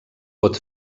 pot